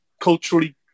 culturally